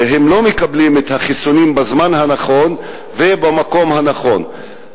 והם לא מקבלים את החיסונים בזמן הנכון ובמקום הנכון.